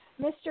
Mr